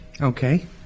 Okay